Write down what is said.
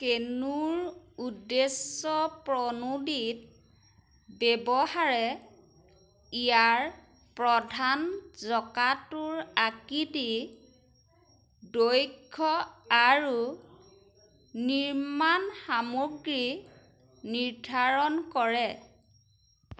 কেনুৰ উদ্দেশ্যপ্ৰণোদিত ব্যৱহাৰে ইয়াৰ প্ৰধান জঁকাটোৰ আকৃতি দৈৰ্ঘ্য আৰু নিৰ্মাণ সামগ্ৰী নিৰ্ধাৰণ কৰে